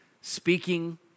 speaking